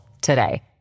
today